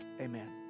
amen